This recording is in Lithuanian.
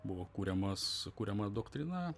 buvo kuriamas kuriama doktrina